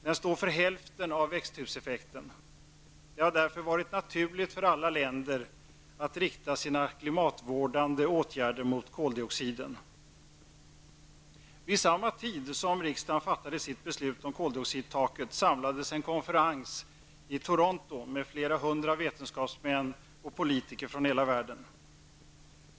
Den står för hälften av växthuseffekten. Det har därför varit naturligt för alla länder att rikta sina klimatvårdande insatser mot koldioxiden. Vid samma tid som riksdagen fattade sitt beslut om koldioxidtaket samlades en konferens i Toronto med flera hundra vetenskapsmän och politiker från hela världen.